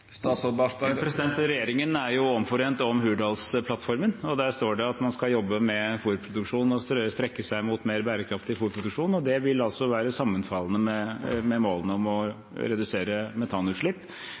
Regjeringen er omforent om Hurdalsplattformen, og der står det at man skal jobbe med fôrproduksjon og strekke seg mot mer bærekraftig fôrproduksjon. Det vil være sammenfallende med målene om